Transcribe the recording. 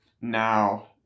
Now